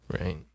Right